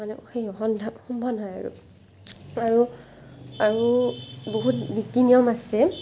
মানে সেই সন্ধিয়া সম্পন্ন হয় আৰু আৰু আৰু বহুত নীতি নিয়ম আছে